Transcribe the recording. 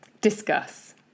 Discuss